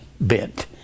bent